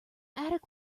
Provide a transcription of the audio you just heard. attic